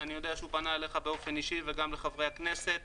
אני יודע שהוא פנה אליך באופן אישי וגם לחברי הכנסת,